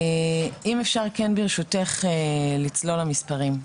אם אפשר כן ברשותך לצלול למספרים.